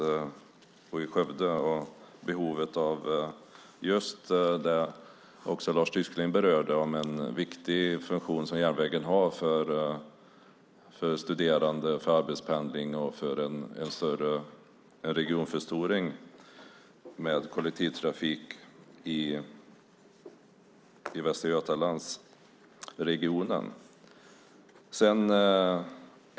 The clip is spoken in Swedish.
Det har gällt behovet av just det som Lars Tysklind också berörde, en viktig funktion som järnvägen har för studerande, för arbetspendling och för en regionförstoring med kollektivtrafik i Västra Götalandsregionen.